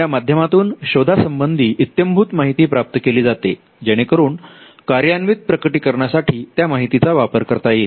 या माध्यमातून शोधा संबंधी इत्यंभूत माहिती प्राप्त केली जाते जेणेकरून कार्यान्वित प्रकटीकरणा साठी त्या माहितीचा वापर करता येईल